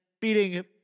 beating